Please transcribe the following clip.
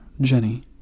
Jenny